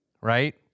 right